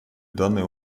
данный